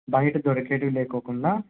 బయట దొరికేటివి లేకుండా